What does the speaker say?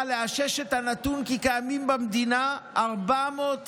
לאשש את הנתון כי קיימים במדינה 400,000